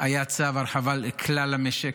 היה צו הרחבה לכלל המשק.